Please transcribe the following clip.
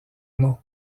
nom